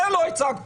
זה לא הצגתם.